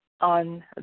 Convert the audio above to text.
on